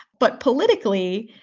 but politically,